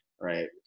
Right